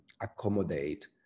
accommodate